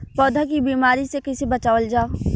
पौधा के बीमारी से कइसे बचावल जा?